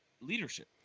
leadership